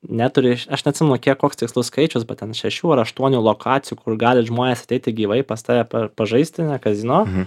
neturi aš aš neatsimenu kiek koks tikslus skaičius bet ten šešių ar aštuonių lokacijų kur gali žmonės ateiti gyvai pas tave pa pažaisti ane kazino